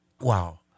Wow